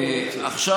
עכשיו